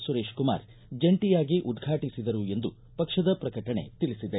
ಸುರೇಶ್ಕುಮಾರ್ ಜಂಟಿಯಾಗಿ ಉದ್ವಾಟಿಸಿದರು ಎಂದು ಪಕ್ಷದ ಪ್ರಕಟಣೆ ತಿಳಿಸಿದೆ